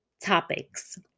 topics